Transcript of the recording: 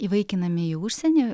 įvaikinami į užsienį